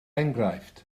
enghraifft